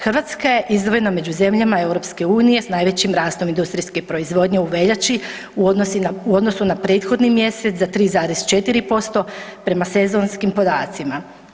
Hrvatska je izdvojena među zemljama EU-a s najvećim rastom industrijske proizvodnje u veljači u odnosu na prethodni mjesec za 3,4% prema sezonskim podacima.